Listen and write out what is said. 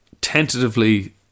Tentatively